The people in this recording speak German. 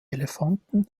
elefanten